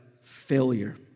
failure